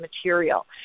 material